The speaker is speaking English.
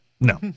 No